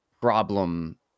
problem